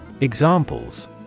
Examples